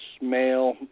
male